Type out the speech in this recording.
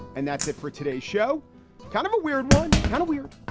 and that's it for today show kind of a weird one. kind of weird.